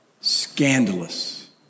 scandalous